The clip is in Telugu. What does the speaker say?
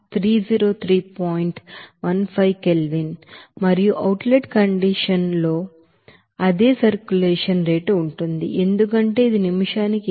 15K మరియు అవుట్ లెట్ కండిషన్ లో అదే సర్క్యులేషన్ రేటు ఉంది ఎందుకంటే ఇది నిమిషానికి 18